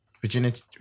virginity